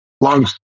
long